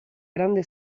grande